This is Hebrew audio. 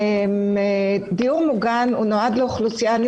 דיור מוגן נועד לאוכלוסייה.